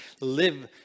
live